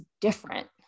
different